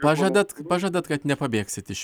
pažadat pažadat kad nepabėgsit iš